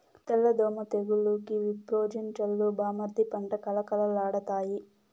తెల్ల దోమ తెగులుకి విప్రోజిన్ చల్లు బామ్మర్ది పంట కళకళలాడతాయి